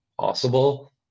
possible